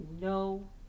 no